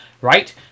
Right